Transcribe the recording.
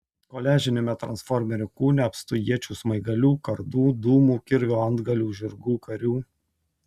koliažiniame transformerio kūne apstu iečių smaigalių kardų dūmų kirvio antgalių žirgų karių